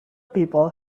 people